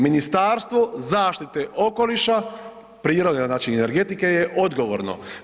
Ministarstvo zaštite okoliša, prirode, znači i energetike je odgovorno.